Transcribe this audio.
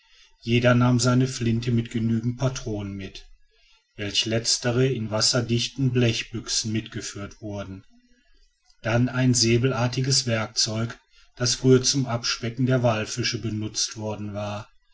jeder nahm seine flinte mit genügenden patronen mit welch letztere in wasserdichten blechbüchsen mitgeführt wurden dann ein säbelartiges werkzeug das früher zum abspecken der walfische benutzt worden war